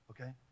Okay